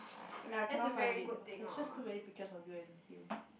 ya cannot find it there's just too many pictures of you and him